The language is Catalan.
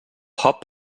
hop